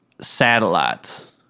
satellites